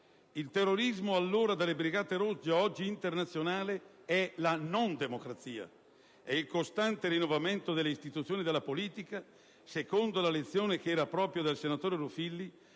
Il terrorismo, allora delle Brigate rosse, oggi internazionale, è la non democrazia. E il costante rinnovamento delle istituzioni e della politica, secondo la lezione che era propria del senatore Ruffilli,